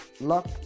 lock